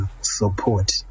Support